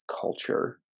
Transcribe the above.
culture